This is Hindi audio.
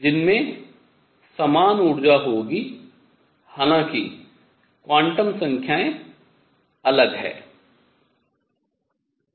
जिनमें समान ऊर्जा होगी हालाँकि क्वांटम संख्याएँ अलग हैं